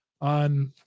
on